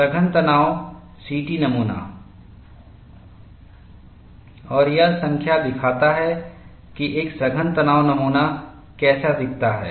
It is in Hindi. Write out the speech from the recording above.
सघन तनाव सीटी नमूना और यह संख्या दिखाता है कि एक सघन तनाव नमूना कैसा दिखता है